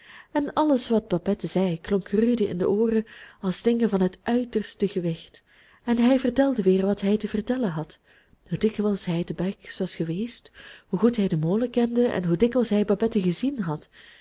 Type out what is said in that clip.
en alles wat babette zei klonk rudy in de ooren als dingen van het uiterste gewicht en hij vertelde weer wat hij te vertellen had hoe dikwijls hij te bex geweest was hoe goed hij den molen kende en hoe dikwijls hij babette gezien had